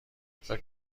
فکر